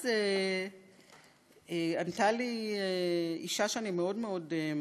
אז ענתה לי אישה שאני מאוד מעריכה,